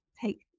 take